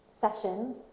session